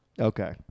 Okay